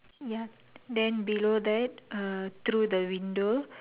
ya then below that ah through the window